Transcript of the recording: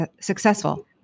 successful